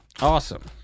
Awesome